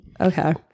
okay